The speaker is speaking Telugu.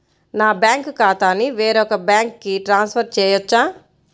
నా బ్యాంక్ ఖాతాని వేరొక బ్యాంక్కి ట్రాన్స్ఫర్ చేయొచ్చా?